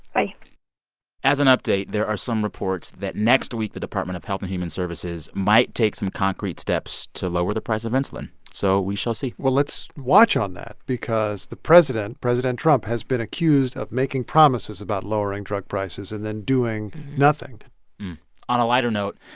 like as an update, there are some reports that next week, the department of health and human services might take some concrete steps to lower the price of insulin. so we shall see well, let's watch on that because the president, president trump, has been accused of making promises about lowering drug prices and then doing nothing on a lighter note,